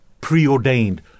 preordained